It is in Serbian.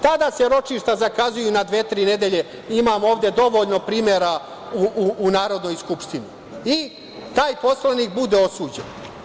Tada se ročišta zakazuju na dve, tri nedelje, imamo ovde dovoljno primera u Narodnoj skupštini, i taj poslanik bude osuđen.